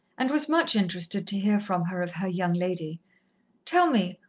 and was much interested to hear from her of her young lady tell me,